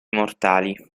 mortali